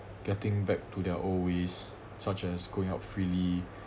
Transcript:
getting back to their old ways such as going out freely